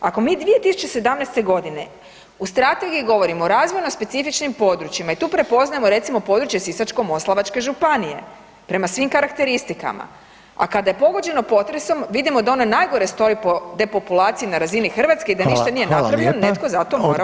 Ako mi 2017.g. u strategiji govorimo razvoj na specifičnim područjima i tu prepoznajemo recimo područje Sisačko-moslavačke županije, prema svim karakteristikama, a kada je pogođeno potresom vidimo da ono najgore stoji po depopulaciji na razini Hrvatske i da ništa nije napravljeno, netko za to mora odgovarati.